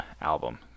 album